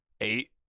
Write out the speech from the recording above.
eight